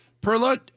Perla